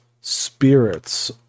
spirits